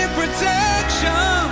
protection